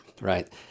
right